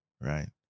right